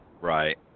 Right